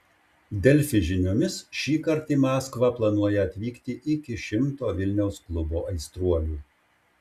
delfi žiniomis šįkart į maskvą planuoja atvykti iki šimto vilniaus klubo aistruolių